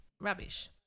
rubbish